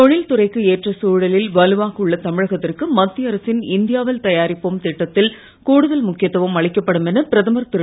தொழில்துறைக்கு எற்ற சூழலில் வலுவாக உள்ள தமிழகத்திற்கு மத்திய அரசின் இந்தியா வில் தயாரிப்போம் திட்டத்தில் கூடுதல் முக்கியத்துவம் அளிக்கப்படும் என பிரதமர் திரு